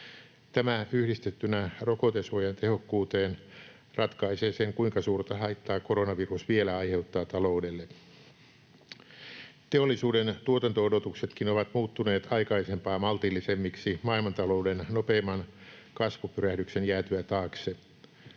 Tämä yhdistettynä rokotesuojan tehokkuuteen ratkaisee sen, kuinka suurta haittaa koronavirus vielä aiheuttaa taloudellemme. Teollisuuden tuotanto-odotuksetkin ovat muuttuneet aikaisempaa maltillisemmiksi maailmantalouden nopeimman kasvupyrähdyksen jäätyä taakse.